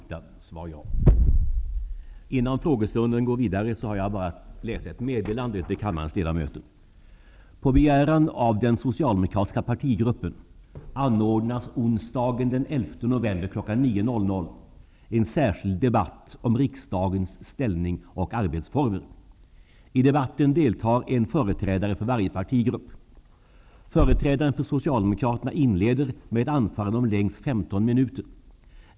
På begäran av Socialdemokratiska partigruppen anordnas onsdagen den 11 november kl. 9.00 en särskild debatt om riksdagens ställning och arbetsformer. I debatten deltar en företrädare för varje partigrupp. Företrädaren för Socialdemokraterna inleder med ett anförande om längst 15 minuter.